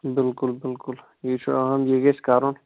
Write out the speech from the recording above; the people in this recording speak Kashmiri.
بِلکُل بِلکُل یے چھُ اہم یے گژھِ کَرُن